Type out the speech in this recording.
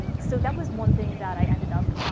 so that was one thing that i ended up